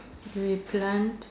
we plant